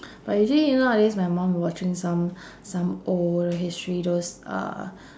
but usually you know nowadays my mom watching some some old history those uh